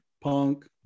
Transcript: punk